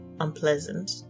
unpleasant